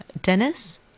Dennis